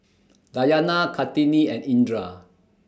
Dayana Kartini and Indra